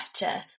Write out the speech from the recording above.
better